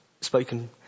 spoken